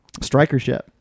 strikership